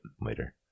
later